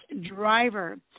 driver